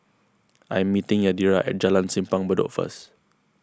I am meeting Yadira at Jalan Simpang Bedok first